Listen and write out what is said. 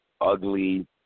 ugly